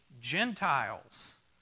Gentiles